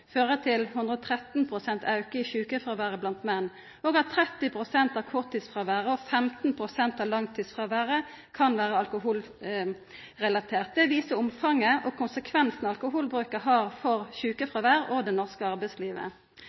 fører til 113 pst. auke i sjukefråværet blant menn, og at 30 pst. av korttidsfråværet og 15 pst. av langtidsfråværet kan vera alkoholrelatert. Det viser litt av omfanget og konsekvensen alkoholforbruket har for sjukefråværet og det norske arbeidslivet.